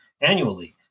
annually